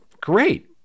great